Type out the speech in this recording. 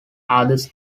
others